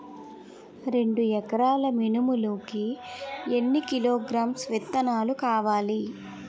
రెండు ఎకరాల మినుములు కి ఎన్ని కిలోగ్రామ్స్ విత్తనాలు కావలి?